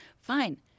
fine